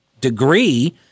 degree